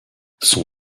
son